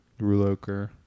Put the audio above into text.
Ruloker